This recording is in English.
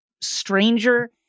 stranger